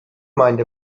mind